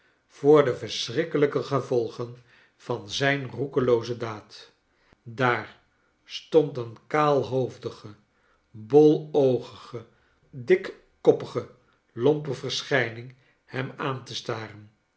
voor de verschrikkelijke gevolgen van zijn roekelooze daad daar stond een kaalhoofdige bol oogige dikkoppige lompe verschijning hem aan te staren